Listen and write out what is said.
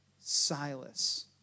Silas